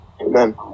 Amen